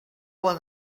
was